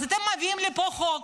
אז אתם מביאים לפה חוק